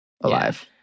alive